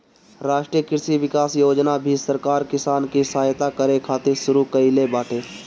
राष्ट्रीय कृषि विकास योजना भी सरकार किसान के सहायता करे खातिर शुरू कईले बाटे